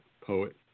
poet